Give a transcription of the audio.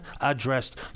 addressed